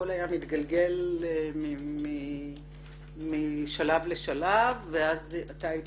הכל היה מתגלגל משלב לשלב ואז אתה היית